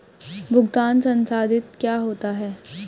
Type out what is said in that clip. भुगतान संसाधित क्या होता है?